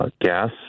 gas